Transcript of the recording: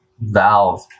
valve